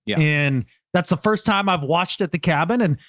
yeah and that's the first time i've watched it, the cabin. and,